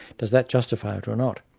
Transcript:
does that justify it or not?